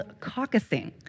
caucusing